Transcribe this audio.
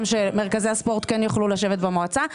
שמרכזי הספורט כן יוכלו לשבת במועצה.